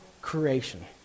creation